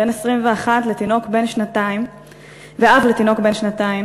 בן 21 ואב לתינוק בן שנתיים,